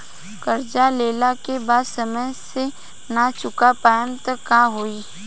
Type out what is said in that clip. कर्जा लेला के बाद समय से ना चुका पाएम त का होई?